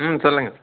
ம் சொல்லுங்க